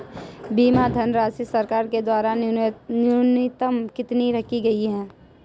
बीमा धनराशि सरकार के द्वारा न्यूनतम कितनी रखी गई है?